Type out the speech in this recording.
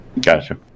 Gotcha